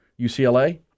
UCLA